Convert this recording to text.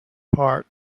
part